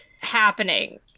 happening